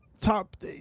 top